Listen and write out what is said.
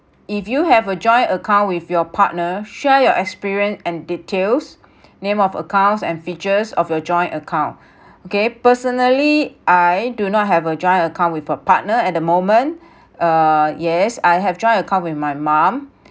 if you have a joint account with your partner share your experience and details name of accounts and features of your joint account okay personally I do not have a joint account with a partner at the moment uh yes I have a joint account with my mum